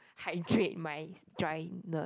hydrate my dryness